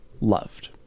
loved